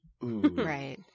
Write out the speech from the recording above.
Right